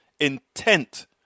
intent